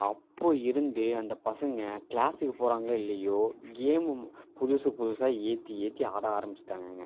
அப்போ இருந்து அந்த பசங்க கிளாஸ்க்கு போகிறாங்களோ இல்லையோ கேமு புதுசு புதுசாக ஏற்றி ஏற்றி ஆட ஆரம்பிச்சிட்டாங்கங்க